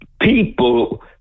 people